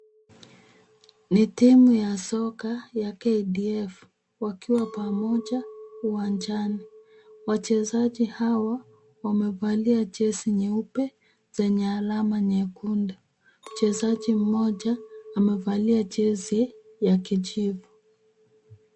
Ni timu ya soka ya KDF wakiwa pamoja uwanjani. Wachezaji hawa wamevalia jezi nyeupe zenye alama nyekundu. Mchezaji mmoja amevalia jezi ya kijivu.